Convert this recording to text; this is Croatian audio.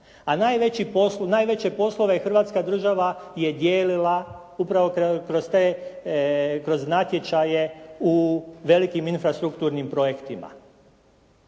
A najveće poslove je Hrvatska država je dijelila upravo kroz te, kroz natječaje u velikim infrastrukturnim projektima.